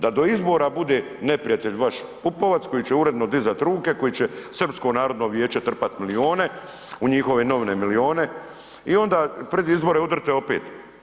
Da do izbora bude neprijatelj vaš Pupovac koji će uredno dizati ruke, koji će Srpsko narodno vijeće trpati milijune u njihove novine, milijune, i onda pred izbore udrite opet.